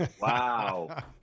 Wow